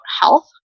health